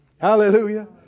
Hallelujah